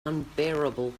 unbearable